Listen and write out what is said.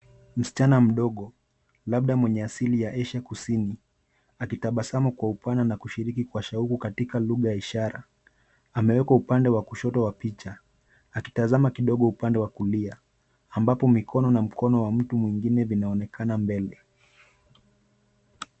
Msichana mdogo, labda mwenye asili ya Asia Kusini, akitabasama kwa upana na kushiriki kwa shauku katika lugha ya ishara, amewekwa upande wa kushoto wa picha akitazama kidogo upande wa kulia ambapo mikono na mkono wa mtu mwingine vinaonekana mbele.